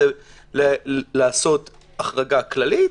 לעשות החרגה כללית,